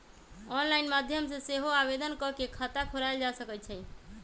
online माध्यम से सेहो आवेदन कऽ के खता खोलायल जा सकइ छइ